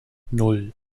nan